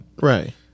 Right